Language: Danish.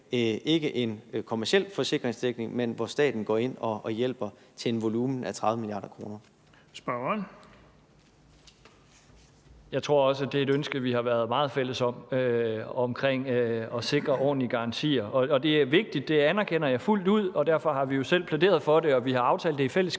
Den fg. formand (Erling Bonnesen): Spørgeren. Kl. 19:45 Torsten Schack Pedersen (V): Jeg tror også, det er et ønske, vi har været meget fælles om, nemlig at sikre ordentlige garantier. Og det er vigtigt, det anerkender jeg fuldt ud, og derfor har vi jo selv plæderet for det, og vi har aftalt det i fællesskab.